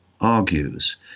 argues